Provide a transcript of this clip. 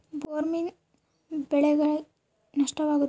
ಬೊಲ್ವರ್ಮ್ನಿಂದ ಬೆಳೆಗೆ ನಷ್ಟವಾಗುತ್ತ?